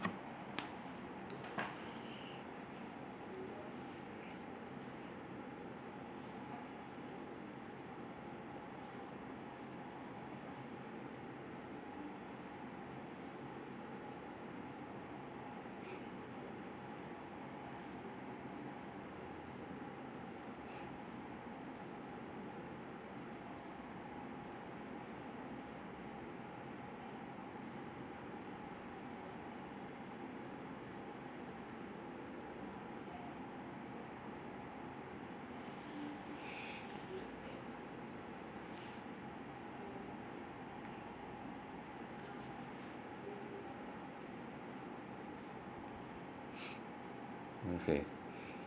okay